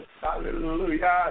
Hallelujah